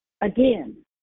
Again